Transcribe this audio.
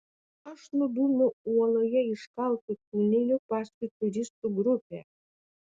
aš nudūmiau uoloje iškaltu tuneliu paskui turistų grupę